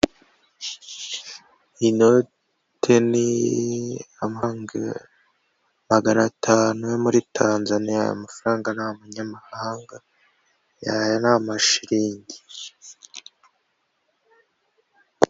Inote ni magana atanu yo muri tanzaniya, aya mafaranga ni amanyamahanga, aya ni amashiringi.